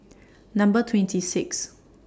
Number twenty six